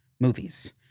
movies